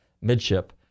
midship